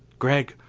gregg,